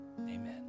amen